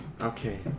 okay